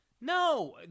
No